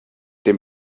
dem